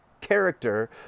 character